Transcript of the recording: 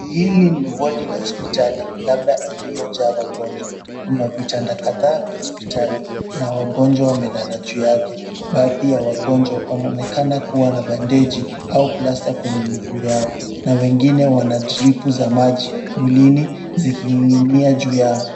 Hili ni wadi la hospitali, labda iliyo java wagonjwa, Kuna vitanda kadhaa vya hospitali, na wagonjwa wamelala juu yake. Baadhi ya wagonjwa wanaonekana kuwa na bandeji au plaster kwenye miguu yao, na wengine wana tripu za maji mwilini ziki nginginia juu yao.